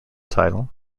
title